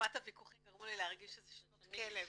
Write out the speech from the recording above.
עוצמת הוויכוחים גרמו לי להרגיש שאלה שנות כלב